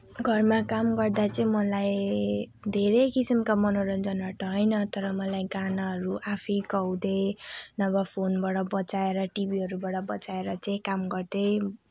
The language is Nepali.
घरमा काम गर्दा चाहिँ धेरै किसिमका मनेरञ्जनहरू त होइन तर मलाई गानाहरू आफैँ गाउँदै नभए फोनबाट बजाएर टिभीहरूबाट बजाएर चाहिँ काम गर्दै